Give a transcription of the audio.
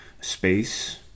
Space